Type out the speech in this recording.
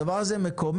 הדבר הזה מקומם,